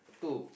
two